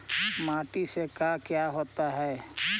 माटी से का क्या होता है?